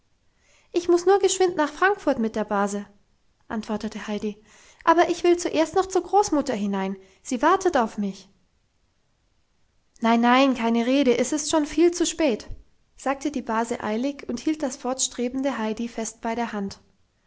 ich muss nur geschwind nach frankfurt mit der base antwortete heidi aber ich will zuerst noch zur großmutter hinein sie wartet auf mich nein nein keine rede es ist schon viel zu spät sagte die base eilig und hielt das fortstrebende heidi fest bei der hand